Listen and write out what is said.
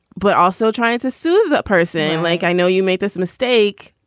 but also trying to sue that person. like i know you made this mistake,